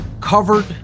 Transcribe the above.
covered